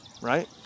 Right